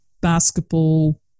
basketball